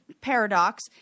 paradox